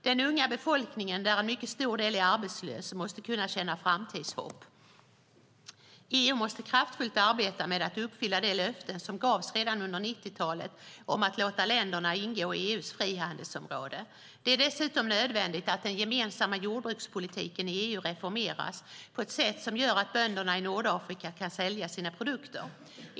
Den unga befolkningen, där en mycket stor del är arbetslös, måste kunna känna framtidshopp. EU måste kraftfullt arbeta med att uppfylla de löften som gavs redan under 90-talet om att låta länderna ingå i EU:s frihandelsområde. Det är dessutom nödvändigt att den gemensamma jordbrukspolitiken i EU reformeras på ett sätt som gör att bönderna i Nordafrika kan sälja sina produkter.